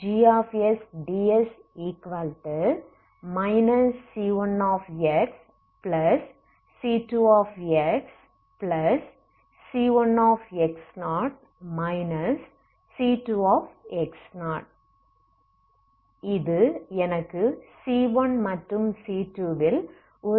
இது எனக்கு c1 மற்றும் c2ல் ஒரு ஈக்வேஷனை கொடுக்கிறது